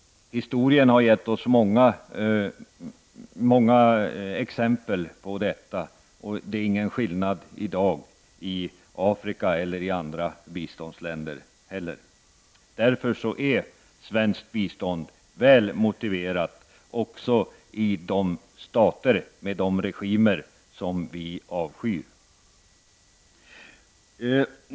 Historien har gett många exempel på detta, och det är ingen skillnad i dag i Afrika eller andra biståndsländer. Därför är svenskt bistånd väl motiverat också i de stater som har regimer som vi avskyr.